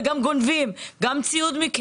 וגם גונבים מכם ציוד,